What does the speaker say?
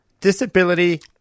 disability